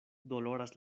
doloras